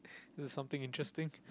was something interesting